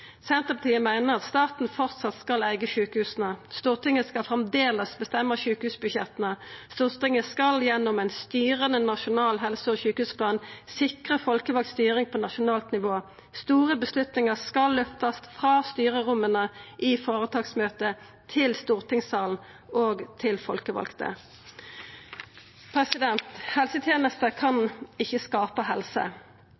Senterpartiet meiner at staten framleis skal eiga sjukehusa. Stortinget skal framleis bestemma sjukehusbudsjetta. Stortinget skal gjennom ein styrande nasjonal helse- og sjukehusplan sikra folkevald styring på nasjonalt nivå. Store avgjerder skal løftast frå styreromma i føretaksmøtet til stortingssalen og til folkevalde. Helsetenester kan ikkje skapa helse. Helsetenester kan